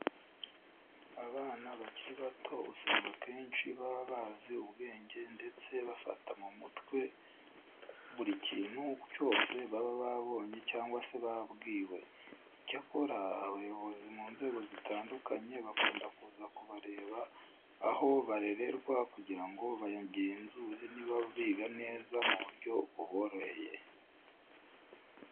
Abana bakiri bato usanga akenshi baba bazi ubwenge ndetse bafata mu mutwe buri kintu cyose baba babonye cyangwa se babwiwe. Icyakora abayobozi mu nzego zitandukanye bakunda kuza kubareba aho barererwa kugira ngo bagenzure niba biga neza mu buryo buboroheye.